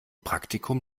praktikum